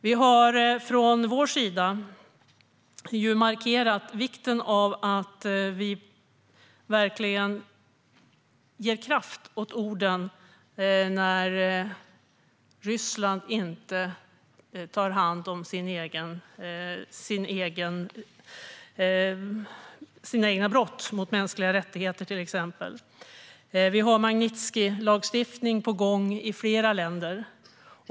Vi har ju markerat vikten av att man verkligen ger kraft åt orden när Ryssland inte agerar mot sina egna brott mot till exempel mänskliga rättigheter. Magnitskijlagstiftning är på gång i flera länder.